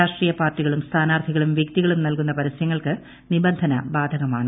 രാഷ്ട്രൂീയ് പാർട്ടികളും സ്ഥാനാർത്ഥികളും വ്യക്തികളും നൽകുന്നുപ്പർസ്യങ്ങൾക്ക് നിബന്ധന ബാധകമാണ്